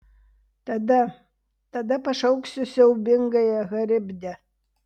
tada tada pašauksiu siaubingąją charibdę